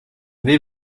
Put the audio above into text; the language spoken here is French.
vais